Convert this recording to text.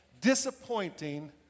disappointing